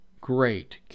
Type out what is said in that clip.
Great